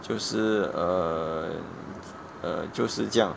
就是 err uh 就是这样